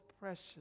precious